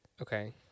Okay